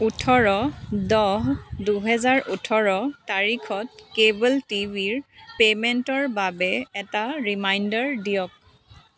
ওঠৰ দহ দুহেজাৰ ওঠৰ তাৰিখত কেবল টিভিৰ পে'মেণ্টৰ বাবে এটা ৰিমাইণ্ডাৰ দিয়ক